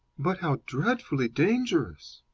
but how dreadfully dangerous!